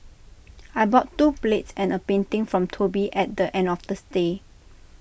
I bought two plates and A painting from Toby at the end of the stay